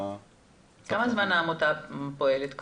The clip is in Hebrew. כמה זמן העמותה פועלת כבר?